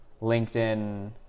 LinkedIn